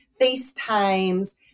FaceTimes